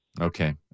Okay